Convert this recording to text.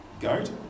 goat